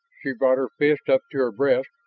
she brought her fist up to her breast,